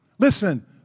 Listen